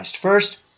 First